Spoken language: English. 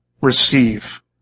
receive